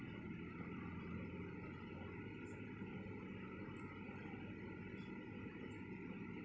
it